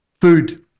Food